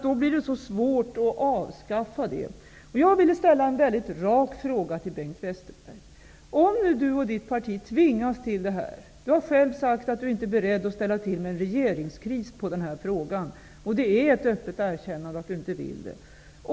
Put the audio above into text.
Då blir det nämligen svårt att avskaffa det. Westerberg. Bengt Westerberg har själv sagt att han inte är beredd att ställa till med en regeringskris på den här frågan, och det är ett öppet erkännande.